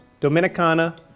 Dominicana